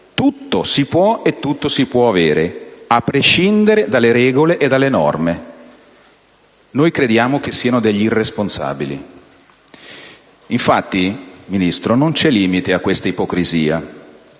tutto si può e tutto si può avere, a prescindere dalle regole e dalle norme. Noi crediamo che siano degli irresponsabili. Infatti, Ministro, non c'è limite a questa ipocrisia